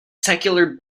secular